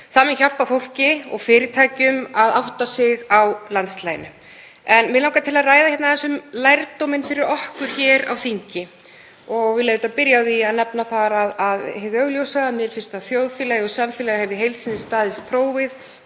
Það mun hjálpa fólki og fyrirtækjum að átta sig á landslaginu. En mig langar til að ræða aðeins um lærdóminn fyrir okkur hér á þingi. Ég vil byrja á því að nefna hið augljósa, mér finnst að þjóðfélagið og samfélagið í heild sinni hafi staðist prófið